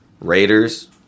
Raiders